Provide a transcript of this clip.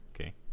okay